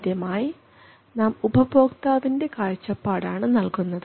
ആദ്യമായി നാം ഉപഭോക്താവിൻറെ കാഴ്ചപ്പാടാണ് നൽകുന്നത്